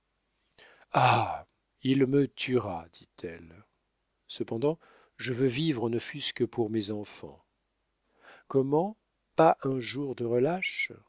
il me tuera dit-elle cependant je veux vivre ne fût-ce que pour mes enfants comment pas un jour de relâche